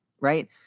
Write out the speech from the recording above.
right